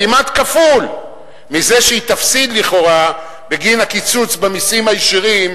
כמעט כפול ממה שהיא תפסיד לכאורה בגין הקיצוץ במסים הישירים,